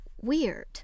weird